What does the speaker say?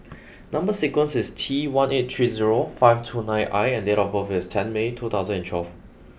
number sequence is T one eight three zero five two nine I and date of birth is ten May two thousand and twelve